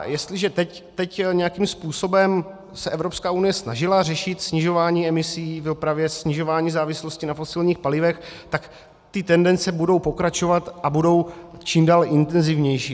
Jestliže teď nějakým způsobem se Evropská unie snažila řešit snižování emisí v dopravě, snižování závislosti na fosilních palivech, tak ty tendence budou pokračovat a budou čím dál intenzivnější.